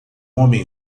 homem